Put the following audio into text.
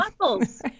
muscles